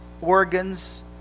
organs